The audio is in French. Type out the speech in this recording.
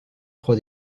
trois